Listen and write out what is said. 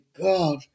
God